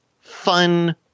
fun